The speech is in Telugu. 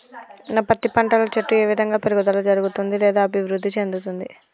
నా పత్తి పంట లో చెట్టు ఏ విధంగా పెరుగుదల జరుగుతుంది లేదా అభివృద్ధి చెందుతుంది?